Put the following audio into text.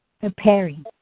preparing